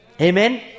Amen